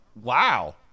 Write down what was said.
wow